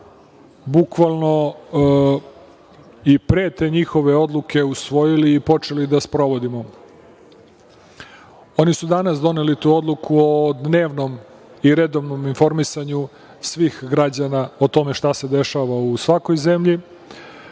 bukvalno i pre te njihove odluke usvojili i počeli da sprovodimo. Oni su danas doneli odluku o dnevnom i redovnom informisanju svih građana o tome šta se dešava u svakoj zemlji.